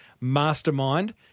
mastermind